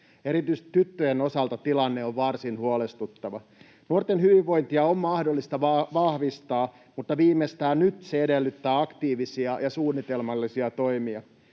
Erityisesti tyttöjen osalta tilanne on varsin huolestuttava. Nuorten hyvinvointia on mahdollista vahvistaa, mutta viimeistään nyt se edellyttää aktiivisia ja suunnitelmallisia toimia.